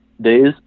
days